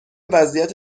وضعیت